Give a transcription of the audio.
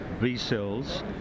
B-cells